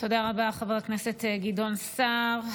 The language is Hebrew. תודה רבה, חבר הכנסת גדעון סער.